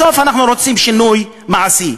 בסוף אנחנו רוצים שינוי מעשי.